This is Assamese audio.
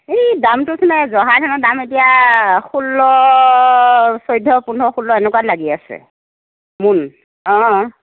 এই দামটোচোন আৰু জহা ধানৰ দাম এতিয়া ষোল্ল চৈধ্য পোন্ধৰ ষোল্ল এনেকুৱাই লাগি আছে মোন অ